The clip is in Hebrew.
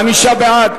חמישה בעד,